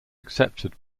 accepted